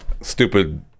stupid